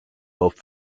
both